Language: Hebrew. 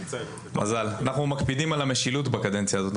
אנחנו מקפידים על המשילות בקדנציה הזאת.